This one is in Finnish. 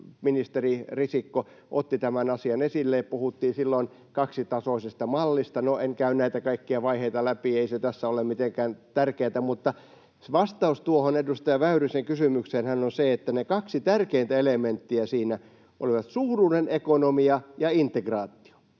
ministeri Risikko otti tämän asian esille, ja puhuttiin silloin kaksitasoisesta mallista. No en käy näitä kaikkia vaiheita läpi. Ei se tässä ole mitenkään tärkeätä. Mutta se vastaus tuohon edustaja Väyrysen kysymykseenhän on se, että ne kaksi tärkeintä elementtiä siinä olivat suuruuden ekonomia ja integraatio.